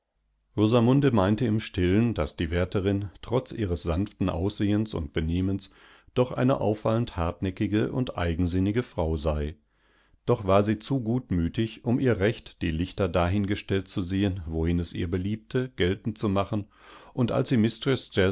indemsieesebenfallsnachdemanderntischetrug rosamunde meinte im stillen daß die wärterin trotz ihres sanften aussehens und benehmens docheineauffallendhartnäckigeundeigensinnigefrausei dochwarsie zu gutmütig um ihr recht die lichter dahingestellt zu sehen wohin es ihr beliebte geltendzumachenundalssiemistreßjazephsfragebeantwortete sprachsieganzin